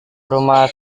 rumah